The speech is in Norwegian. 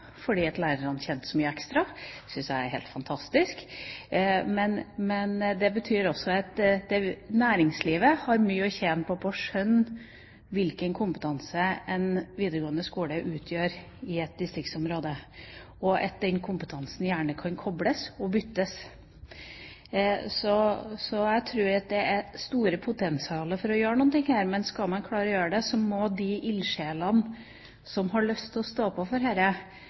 lærerne tjente så mye ekstra. Det syns jeg er helt fantastisk. Men det betyr også at næringslivet har mye å tjene på å skjønne hvilken kompetanse en videregående skole utgjør i et distriktsområde, og at den kompetansen gjerne kan kobles og byttes. Jeg tror det er et stort potensial for å gjøre noe her, men skal man klare å gjøre det, må de ildsjelene som har lyst til å stå på for